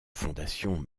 fondation